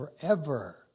forever